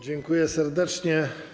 Dziękuję serdecznie.